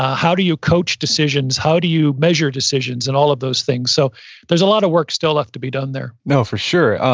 how do you coach decisions, how do you measure decisions and all of those things. so there's a lot of work still left to be done there no, for sure.